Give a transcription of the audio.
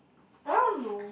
I don't know